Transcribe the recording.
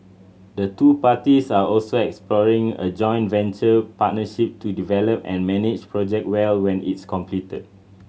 the two parties are also exploring a joint venture partnership to develop and manage Project Jewel when it is completed